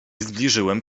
zbliżyłem